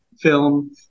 film